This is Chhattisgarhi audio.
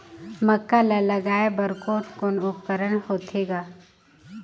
मक्का ला लगाय बर कोने कोने उपकरण होथे ग?